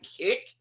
kick